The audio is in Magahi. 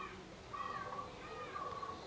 हाथ स फसल कटवार तरिका बहुत पुरना जमानार तरीका छिके